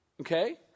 okay